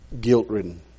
guilt-ridden